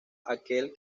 aquel